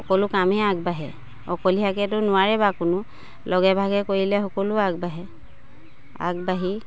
সকলো কামেই আগবাঢ়ে অকলশৰীয়াকেতো নোৱাৰে কোনো লগে ভাগে কৰিলে সকলো আগবাঢ়ে আগবাঢ়ি